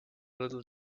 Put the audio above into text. little